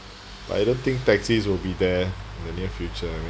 but I don't think taxis will be there in the near future I mean